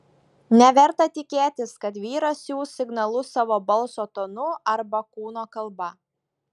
neverta tikėtis kad vyras siųs signalus savo balso tonu arba kūno kalba